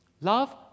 Love